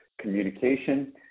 communication